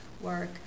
work